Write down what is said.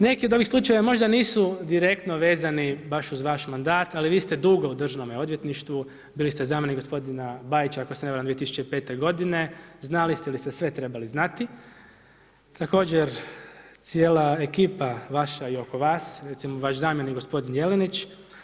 Neki od ovih slučajeva možda nisu direktno vezani baš u vaš mandat ali vi ste dugo u Državnom odvjetništvu, bili ste zamjenik gospodina Bajića ako se ne varam 2005. godine, znali ste ili ste sve trebali znati, također cijela ekipa vaša i oko vas, recimo vaš zamjenik gospodin Jelenić.